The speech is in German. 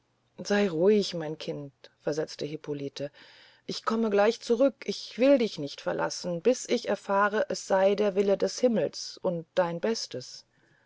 sey ruhig mein kind versetzte hippolite ich komme gleich zurück ich will dich nie verlassen bis ich erfahre es sey der wille des himmels und dein bestes